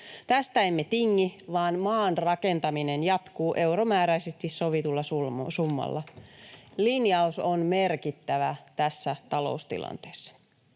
Tästä emme tingi, vaan maan rakentaminen jatkuu euromääräisesti sovitulla summalla. Linjaus on merkittävä tässä taloustilanteessa.